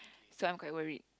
so I'm quite worried